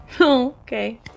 Okay